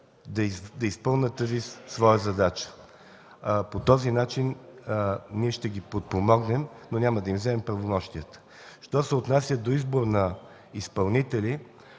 да изпълнят тази своя задача. По този начин ние ще ги подпомогнем, но няма да им изземем правомощията. Що се отнася до избор на изпълнители,